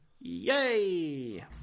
yay